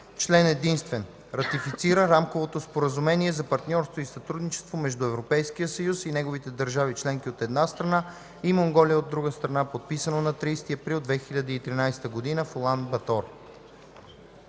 Член единствен. Ратифицира Рамковото споразумение за партньорство и сътрудничество между Европейския съюз и неговите държави членки, от една страна, и Монголия, от друга страна, подписано на 30 април 2013 г. в Улан Батор.”